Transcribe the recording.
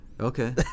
okay